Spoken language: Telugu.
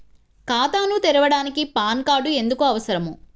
ఖాతాను తెరవడానికి పాన్ కార్డు ఎందుకు అవసరము?